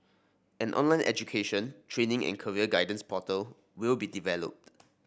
an online education training and career guidance portal will be developed